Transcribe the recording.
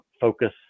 focus